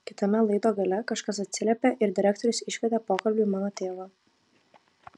kitame laido gale kažkas atsiliepė ir direktorius iškvietė pokalbiui mano tėvą